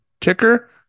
ticker